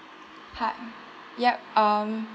hi yup um